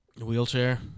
Wheelchair